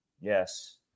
Yes